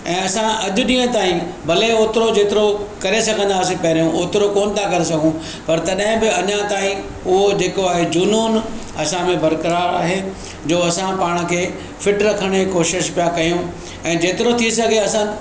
ऐं असां अॼु ॾींहं ताईं भले ओतिरो जेतिरो करे सघंदा हुआसीं पहिरियों ओतिरो कोन था करे सघऊं पर तॾहिं बि अञां ताईं उहो जेको आहे जुनूनु असांमें बरक़रारु आहे जो असां पाण खे फिट रखण जी कोशिशि पिया कयूं ऐं जेतिरो थी सघे असां